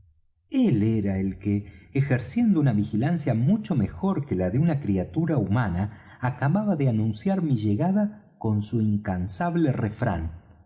él era el que ejerciendo una vigilancia mucho mejor que la de una criatura humana acababa de anunciar mi llegada con su incansable refrán